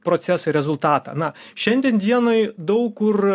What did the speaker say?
proceso rezultatą na šiandien dienai daug kur